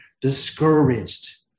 discouraged